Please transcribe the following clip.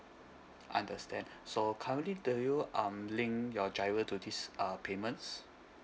understand so currently do you um link your GIRO to these uh payments